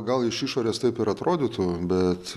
gal iš išorės taip ir atrodytų bet